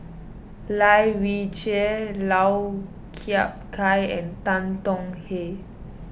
Lai Weijie Lau Chiap Khai and Tan Tong Hye